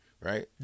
right